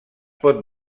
pot